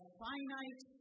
finite